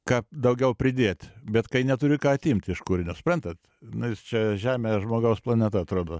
ką daugiau pridėt bet kai neturi ką atimt iš kūrinio suprantat nu jis čia žemė žmogaus planeta atrodo